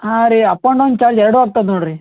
ಹಾಂ ರೀ up and down charge ಎರಡು ಆಗ್ತದೆ ನೋಡ್ರಿ